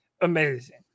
amazing